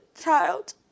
child